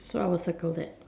so I will circle that